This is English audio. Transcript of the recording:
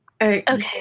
Okay